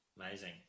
Amazing